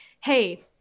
hey